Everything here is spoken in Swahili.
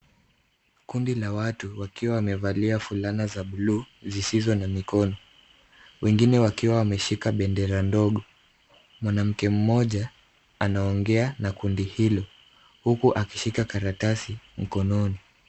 Kundi la watu wakiwa wamevalia fulana za buluu zisizo na mikono, wengine wakiwa wameshika bendera ndogo. Mwanamke mmoja anaongea na kundi hilo huku akishika karatasi mkononi.